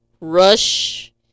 Rush